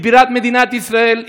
היא בירת מדינת ישראל,